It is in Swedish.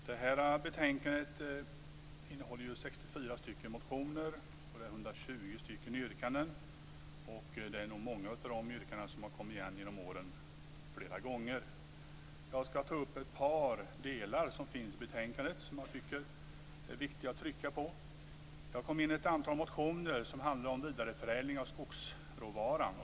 Fru talman! Det här betänkandet innehåller ju 64 motioner och 120 yrkanden. Det är nog många av de yrkandena som har kommit igen genom åren flera gånger. Jag ska ta upp ett par delar i betänkandet som jag tycker är viktiga att trycka på. Det har kommit in ett antal motioner som handlar om vidareförädling av skogsråvara.